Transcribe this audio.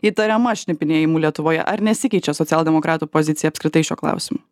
įtariama šnipinėjimu lietuvoje ar nesikeičia socialdemokratų pozicija apskritai šiuo klausimu